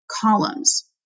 columns